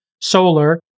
solar